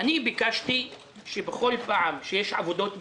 אני ביקשתי שבכל פעם שיש עבודות בכביש,